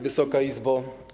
Wysoka Izbo!